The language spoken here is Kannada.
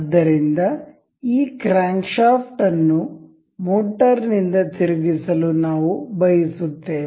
ಆದ್ದರಿಂದ ಈ ಕ್ರ್ಯಾಂಕ್ ಶಾಫ್ಟ್ ಅನ್ನು ಮೋಟರ್ ನಿಂದ ತಿರುಗಿಸಲು ನಾವು ಬಯಸುತ್ತೇವೆ